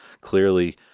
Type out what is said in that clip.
Clearly